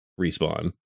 Respawn